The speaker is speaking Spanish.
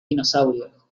dinosaurio